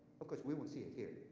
because we don't see it here.